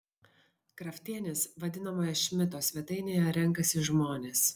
kraftienės vadinamoje šmito svetainėje renkasi žmonės